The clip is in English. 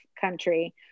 country